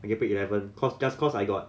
I get paid eleven cause just cause I got